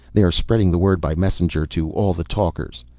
they are spreading the word by messenger to all the talkers.